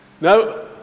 No